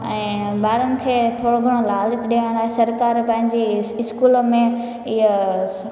ऐं ॿारनि खे थोरो घणो लालच ॾियणु सरकारु पंहिंजी इस स्कूल में इहा